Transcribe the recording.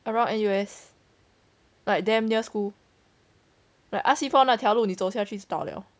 around N_U_S like damn near school like R_C four 那条路你走下去就到了